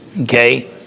Okay